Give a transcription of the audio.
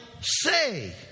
say